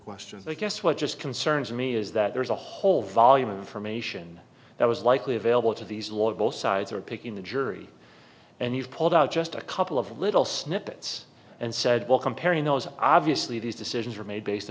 questions i guess what just concerns me is that there's a whole volume of information that was likely available to these law both sides are picking the jury and you pulled out just a couple of little snippets and said well comparing those obviously these decisions were made based